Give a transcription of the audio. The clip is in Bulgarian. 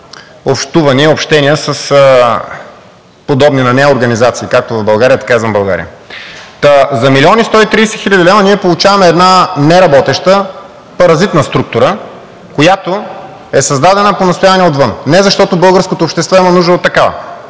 общувания и общения с подобни на нея организации както в България, така и извън България. Та за милион и 130 хиляди лева ние получаваме една неработеща, паразитна структура, която е създадена по настояване отвън, не защото българското общество има нужда от такава.